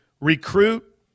recruit